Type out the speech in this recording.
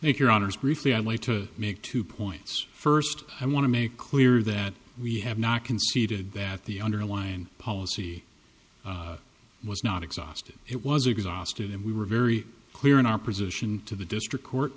thank your honour's briefly i'd like to make two points first i want to make clear that we have not conceded that the underlying policy was not exhausted it was exhausted and we were very clear in opposition to the district court